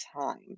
time